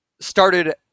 started